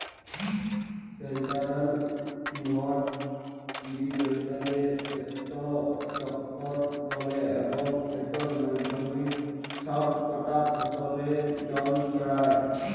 central pivot ইরিগেসলে ইকট চক্কর চলে এবং সেটর মাধ্যমে ছব কটা ফসলে জল ছড়ায়